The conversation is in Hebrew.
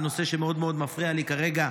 על נושא שמאוד מאוד מפריע לי כרגע,